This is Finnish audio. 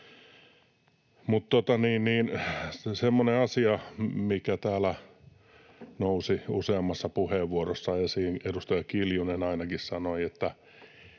Mutta semmoinen asia, mikä täällä nousi useammassa puheenvuorossa esiin — edustaja Kiljunen ainakin sanoi, että